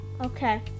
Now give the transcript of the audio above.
Okay